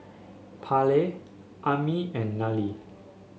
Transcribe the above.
Parley Aimee and Nallely